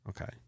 Okay